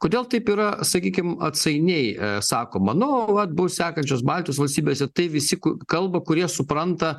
kodėl taip yra sakykim atsainiai sakoma nu vat bus sekančios baltijos valstybėse tai visi kalba kurie supranta